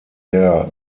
der